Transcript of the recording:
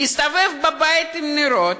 יסתובב בבית עם נרות,